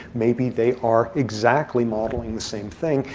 maybe they are exactly modeling the same thing.